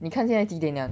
你看现在几点 liao